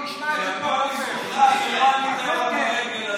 אה, מוסי, הקבר של ערפאת זו האלטרנטיבה?